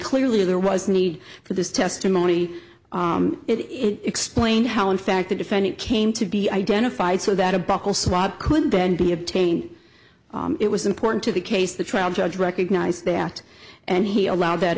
clearly there was a need for this testimony it explained how in fact the defendant came to be identified so that a buckle swab could then be obtained it was important to the case the trial judge recognized that and he allowed that